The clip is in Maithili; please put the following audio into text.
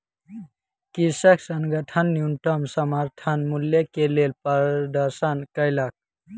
कृषक संगठन न्यूनतम समर्थन मूल्य के लेल प्रदर्शन केलक